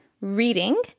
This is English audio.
reading